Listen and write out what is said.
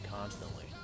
constantly